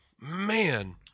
Man